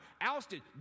ousted